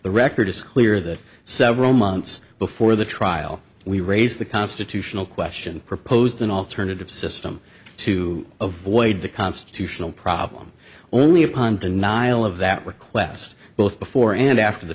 the record is clear that several months before the trial we raised the constitutional question proposed an alternative system to avoid the constitutional problem only upon denial of that request both before and after the